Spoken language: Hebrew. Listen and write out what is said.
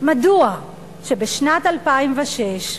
מדוע בשנת 2006,